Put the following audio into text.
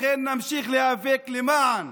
לכן נמשיך להיאבק למען